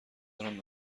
دارم